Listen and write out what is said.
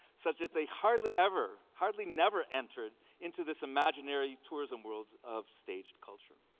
such that they hardly ever, hardly never, enter into this imaginary tourism world of staged culture.